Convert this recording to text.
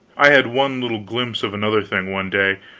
i had one little glimpse of another thing, one day,